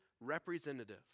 representative